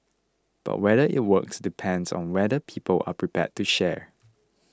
but whether it works depends on whether people are prepared to share